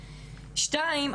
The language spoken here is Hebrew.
שתיים,